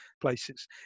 places